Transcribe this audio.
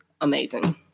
amazing